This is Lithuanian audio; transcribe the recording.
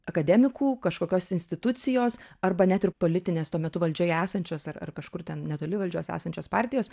akademikų kažkokios institucijos arba net ir politinės tuo metu valdžioje esančios ar ar kažkur ten netoli valdžios esančios partijos